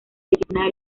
disciplina